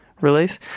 release